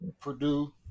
Purdue